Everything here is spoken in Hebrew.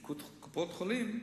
שקופות-החולים,